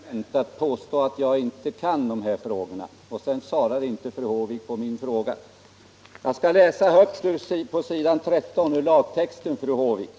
Herr talman! Det är ett utomordentligt billigt argument att påstå att jag inte kan de här frågorna. Sedan svarar inte fru Håvik på min fråga. Jag skall läsa högt ur lagtexten på s. 13, fru Håvik.